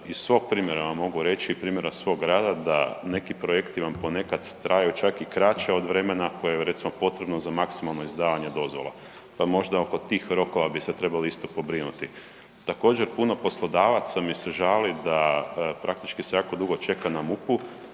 iz svog primjera vam mogu reći i primjera svog rada, da, neki projekti vam ponekad traju čak i kraće od vremena koje je, recimo, potrebno za maksimalno izdavanje dozvola. Pa možda oko tih rokova bi se trebalo isto pobrinuti. Također, puno poslodavaca mi se žali da praktički se jako dugo čeka na MUP-u